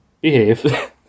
Behave